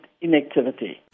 inactivity